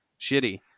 Shitty